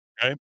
okay